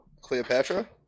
cleopatra